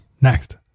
next